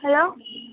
hello